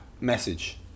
message